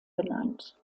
benannt